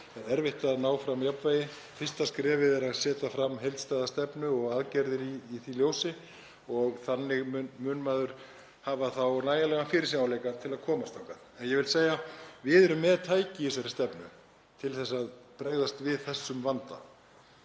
erfitt að ná fram jafnvægi. Fyrsta skrefið er að setja fram heildstæða stefnu og aðgerðir í því ljósi og þannig mun maður hafa þá nægjanlegan fyrirsjáanleika til að komast þangað. En ég vil segja: Við erum með tæki í þessari stefnu til að bregðast við þessum vanda.